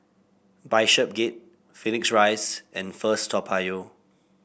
Bishopsgate Phoenix Rise and First Toa Payoh